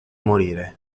morire